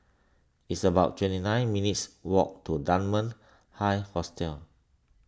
it's about twenty nine minutes' walk to Dunman High Hostel